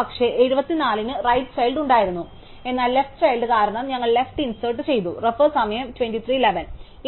പക്ഷേ 74 നു right child ഉണ്ടായിരുന്നു എന്നാൽ ലെഫ്റ് ചൈൽഡ് കാരണം ഞങ്ങൾ ലെഫ്റ് ഇൻസെർട് ചെയ്തു